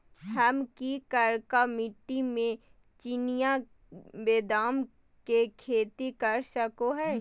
हम की करका मिट्टी में चिनिया बेदाम के खेती कर सको है?